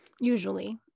Usually